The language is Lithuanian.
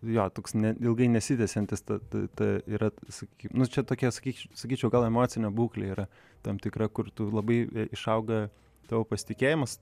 jo toks ne ilgai nesitęsiantis tai tai yra sakykim nu čia tokia sakyčiau sakyčiau gal emocinė būklė yra tam tikra kur tu labai išauga tavo pasitikėjimas